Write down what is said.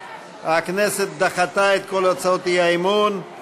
בעד, 50, 52 נגד,